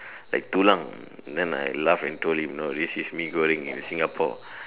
like tulang then I laugh and told him no this is Mee-Goreng in the Singapore